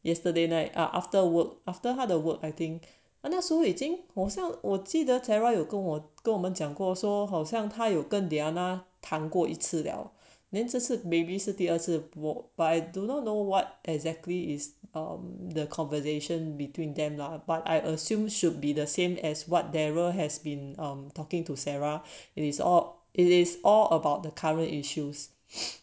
yesterday night after work after 他的 work I think err 那时候已经偶像我记得 clara 有跟我跟我们讲过说好像他有跟 diana 谈过一次了您这是 maybe 是第二次 but I do not know what exactly is the conversation between them lah but I assume should be the same as what daryl has been talking to sarah is all it is all about the current issues